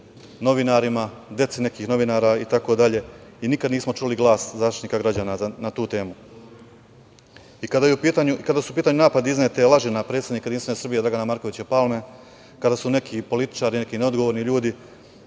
novinarima, dece nekih novinara, itd. Nikad nismo čuli glas Zaštitnika građana na tu temu. Kada su u pitanju napadi i iznete laži na predsednika Jedinstvene Srbije, Dragana Markovića Palme, kada su neki političari, neki neodgovorni ljudi